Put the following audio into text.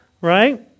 right